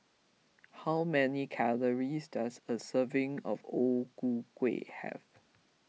how many calories does a serving of O Ku Kueh have